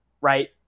right